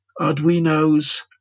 Arduinos